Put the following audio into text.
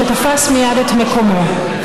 שתפס מייד את מקומו.